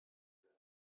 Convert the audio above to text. event